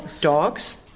Dogs